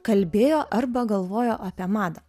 kalbėjo arba galvojo apie madą